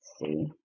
see